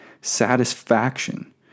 satisfaction